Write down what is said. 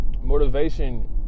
motivation